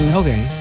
okay